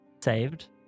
saved